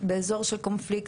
באזור של קונפליקט,